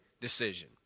decision